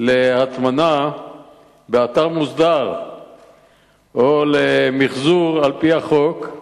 להטמנה באתר מוסדר או למיחזור על-פי החוק,